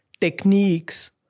techniques